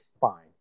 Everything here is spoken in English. fine